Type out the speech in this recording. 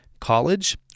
College